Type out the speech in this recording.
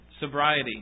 sobriety